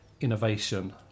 innovation